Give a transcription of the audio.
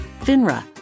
FINRA